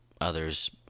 others